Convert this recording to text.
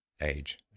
age